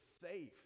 safe